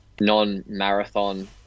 non-marathon